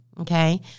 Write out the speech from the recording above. okay